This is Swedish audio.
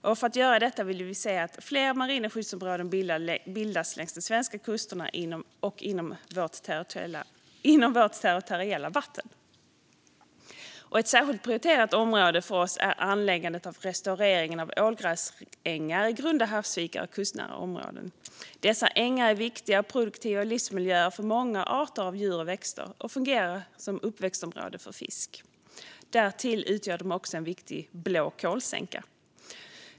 För att detta ska åstadkommas vill vi se att fler marina skyddsområden bildas längs de svenska kusterna och inom vårt territoriella vatten. Ett särskilt prioriterat område för oss är anläggande och restaurering av ålgräsängar i grunda havsvikar och kustnära områden. Dessa ängar är viktiga och produktiva livsmiljöer för många arter av djur och växter och fungerar som uppväxtområden för fisk. Därtill utgör de en viktig blå kolsänka.